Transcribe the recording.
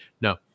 no